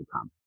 come